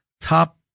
top